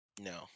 No